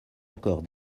encore